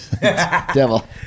Devil